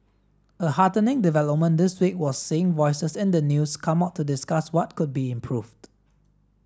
a heartening development this week was seeing voices in the news come out to discuss what could be improved